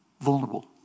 Vulnerable